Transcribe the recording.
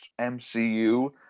MCU